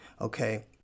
Okay